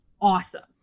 awesome